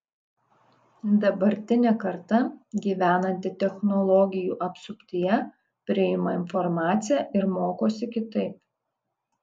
dabartinė karta gyvenanti technologijų apsuptyje priima informaciją ir mokosi kitaip